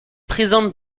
présente